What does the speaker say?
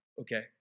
okay